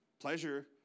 pleasure